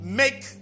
make